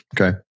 Okay